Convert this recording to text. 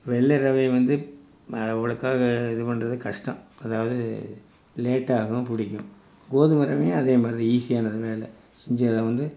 வெள்ளை ரவை வந்து அவ்வளோக்கா இது பண்ணுறது கஷ்டம் அதாவது லேட்டாகும் பிடிக்கும் கோதுமை ரவையும் அதே மாதிரி தான் ஈஸியான வேலை செஞ்சு அதை வந்து